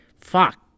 Fuck